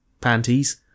panties